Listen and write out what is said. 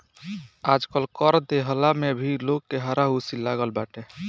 आजकल कर देहला में भी लोग के हारा हुसी लागल बाटे